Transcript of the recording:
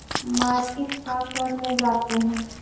Market का करने जाते हैं?